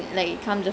ya